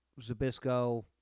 Zabisco